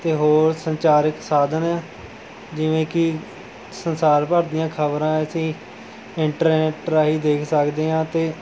ਅਤੇ ਹੋਰ ਸੰਚਾਰਿਤ ਸਾਧਨ ਜਿਵੇਂ ਕਿ ਸੰਸਾਰ ਭਰ ਦੀਆਂ ਖਬਰਾਂ ਅਸੀਂ ਇੰਟਰਨੈੱਟ ਰਾਹੀਂ ਦੇਖ ਸਕਦੇ ਹਾਂ ਅਤੇ